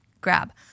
grab